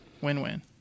Win-win